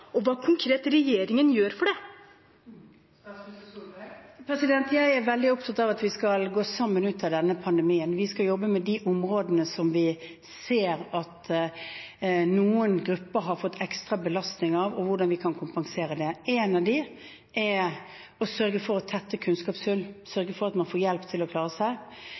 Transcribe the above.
og hva regjeringen gjør for det konkret. Jeg er veldig opptatt av at vi skal gå sammen ut av denne pandemien. Vi skal jobbe med de områdene vi ser at noen grupper har fått ekstra belastning av, og hvordan vi kan kompensere det. Noe av dette er å sørge for å tette kunnskapshull, sørge for at man får hjelp til å klare seg.